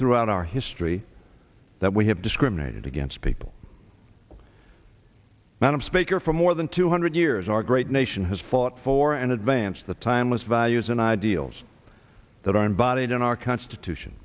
throughout our history that we have discriminated against people madam speaker for more than two hundred years our great nation has fought for and advance the timeless values and ideals that are embodied in our constitution